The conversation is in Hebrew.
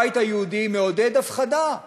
הבית היהודי מעודד הפחדה: